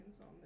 on